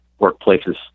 workplaces